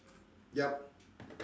yup